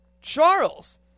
Charles